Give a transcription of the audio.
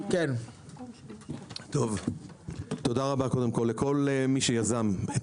תודה רבה לכל מי שיזם את